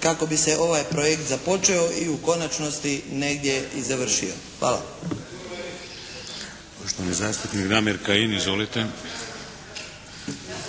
kako bi se ovaj projekt započeo i u konačnosti negdje i završio. Hvala.